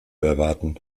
erwarten